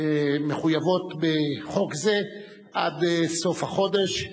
מחויבות בחוק זה עד סוף החודש,